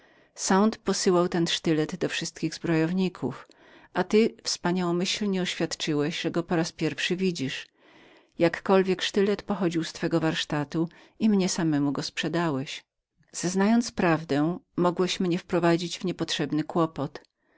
sąd posyłał ten sztylet do wszystkich zbrojowników a ty wspaniałomyślnie oświadczyłeś że go po raz pierwszy widzisz jakkolwiek sztylet wychodził z twego warsztatu i mnie samemu go sprzedałeś gdybyś był prawdę powiedział mogłeś mnie wprowadzić w niepotrzebny kłopot